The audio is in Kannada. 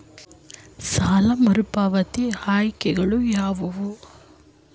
ಸಾಲ ಮರುಪಾವತಿ ಆಯ್ಕೆಗಳು ಯಾವುವು?